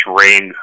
rain